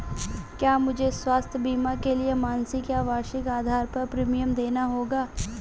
क्या मुझे स्वास्थ्य बीमा के लिए मासिक या वार्षिक आधार पर प्रीमियम देना होगा?